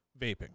vaping